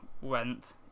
went